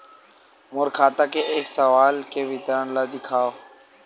मोर खाता के एक साल के विवरण ल दिखाव?